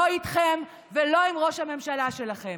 לא איתכם ולא עם ראש הממשלה שלכם.